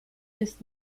jest